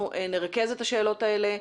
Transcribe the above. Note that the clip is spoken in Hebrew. אנחנו נרכז את השאלות האלה.